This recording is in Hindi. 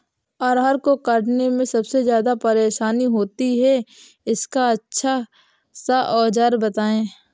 अरहर को काटने में सबसे ज्यादा परेशानी होती है इसका अच्छा सा औजार बताएं?